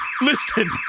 Listen